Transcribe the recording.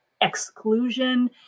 exclusion